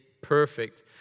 perfect